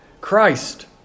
Christ